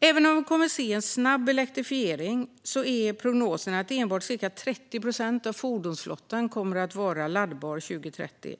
Även om vi kommer att se en snabb elektrifiering är prognosen att enbart ca 30 procent av fordonsflottan kommer att vara laddbar 2030.